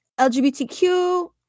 LGBTQ